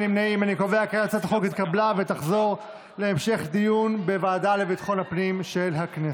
הצעת החוק התקבלה ותחזור להמשך דיון בוועדה לביטחון הפנים של הכנסת.